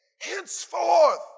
henceforth